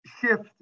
shift